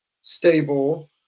stable